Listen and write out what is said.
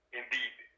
indeed